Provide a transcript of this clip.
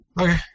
Okay